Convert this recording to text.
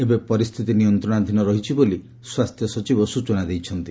ଏବେ ପରିସ୍ଥିତି ନିୟନ୍ତ୍ରଣାଧୀନ ରହିଛି ବୋଲି ସ୍ପାସ୍ଥ୍ୟ ସଚିବ ସୂଚନା ଦେଇଛନ୍ତି